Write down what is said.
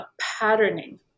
patterning